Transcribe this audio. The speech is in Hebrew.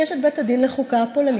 כי יש את בית הדין לחוקה הפולני,